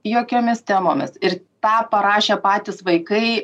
jokiomis temomis ir tą parašę patys vaikai